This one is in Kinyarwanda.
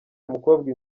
umukobwa